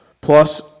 plus